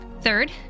Third